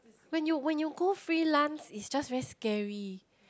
when you when you go freelance it's just very scary